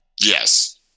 Yes